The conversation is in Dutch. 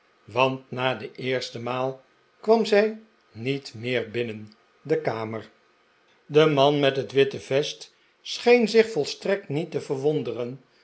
want na de eerste maal kwam zij niet meer binnen de kamer de man met het witte vest scheen zich volstrekt niet te verwonderen